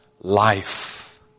life